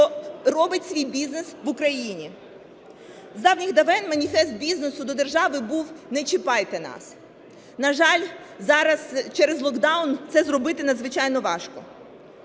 робить свій бізнес в Україні? З давніх-давен маніфест бізнесу до держави був "не чіпайте нас". На жаль, зараз через локдаун це зробити надзвичайно важко,